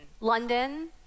London